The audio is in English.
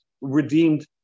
redeemed